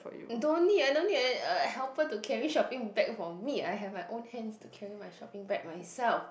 don't need I don't need uh I don't need a helper to carry shopping bag for me I have my own hands to carry my shopping bag myself